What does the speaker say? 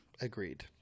Agreed